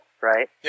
Right